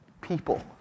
people